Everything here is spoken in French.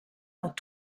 dans